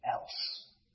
else